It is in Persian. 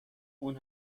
اون